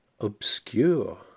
Obscure